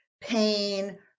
pain